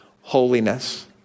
holiness